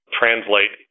translate